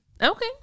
Okay